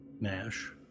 Nash